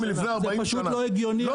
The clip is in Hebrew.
זה פשוט לא הגיוני.